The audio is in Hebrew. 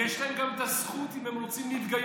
יש להם גם את הזכות, אם הם רוצים, להתגייר.